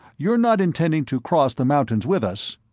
you're not intending to cross the mountains with us?